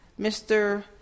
Mr